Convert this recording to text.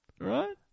Right